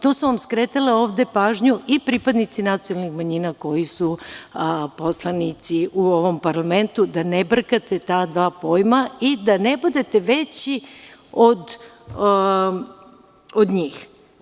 To su vam skretali ovde pažnju i pripadnici nacionalnih manjina koji su poslanici u ovom parlamentu, da ne brkate ta dva pojma i da ne budete veći od njih.